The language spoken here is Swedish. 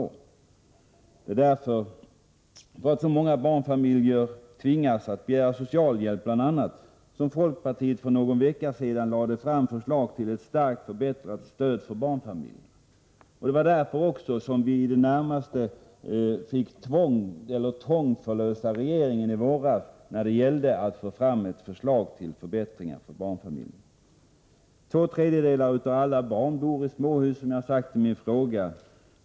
Det är bl.a. därför att så många barnfamiljer tvingas begära socialhjälp som folkpartiet för någon vecka sedan lade fram förslag till ett starkt förbättrat stöd för barnfamiljerna. Det var också därför som vi i det närmaste måste tångförlösa regeringen i våras när det gällde att få fram ett förslag till förbättringar för barnfamiljerna. Två tredjedelar av alla barn bor i småhus, som jag har sagt i min fråga.